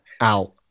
out